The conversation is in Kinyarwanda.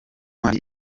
ntwari